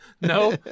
no